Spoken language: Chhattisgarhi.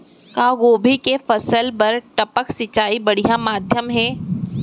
का गोभी के फसल बर टपक सिंचाई बढ़िया माधयम हे?